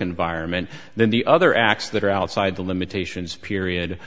environment then the other acts that are outside the limitations period